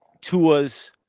Tua's